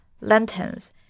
lanterns